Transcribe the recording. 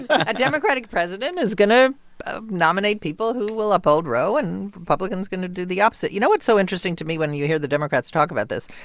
but a democratic president is going to ah nominate people who will uphold roe. and republicans going to do the opposite. you know what's so interesting to me when and you hear the democrats talk about this?